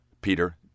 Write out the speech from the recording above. Peter